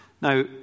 Now